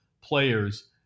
players